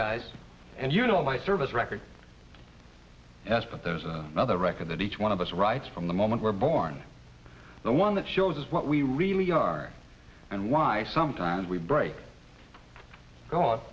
guys and you know my service record has but there's another record that each one of us writes from the moment we're born the one that shows us what we really are and why sometimes we break god